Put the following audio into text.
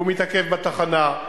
והוא מתעכב בתחנה,